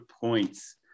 points